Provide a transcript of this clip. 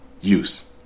use